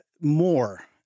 more